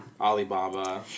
Alibaba